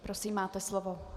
Prosím, máte slovo.